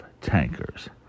Tankers